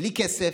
בלי כסף,